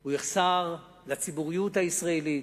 הוא יחסר לציבוריות הישראלית,